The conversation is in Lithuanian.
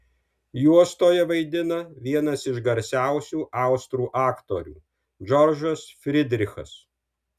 juostoje vaidina vienas iš garsiausių austrų aktorių džordžas frydrichas